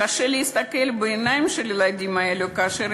קשה להסתכל בעיניים של הילדים האלה כאשר